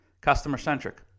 Customer-centric